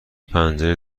پنجره